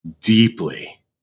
deeply